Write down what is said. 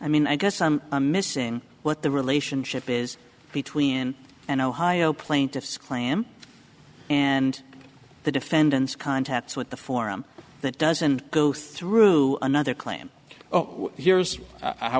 i mean i guess i'm missing what the relationship is between an ohio plaintiff's claim and the defendant's contacts with the form that doesn't go through another claim oh here's how